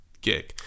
gig